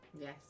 Yes